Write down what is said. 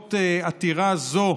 בעקבות עתירה זו